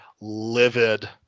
livid